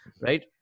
Right